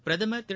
பிரதமா் திரு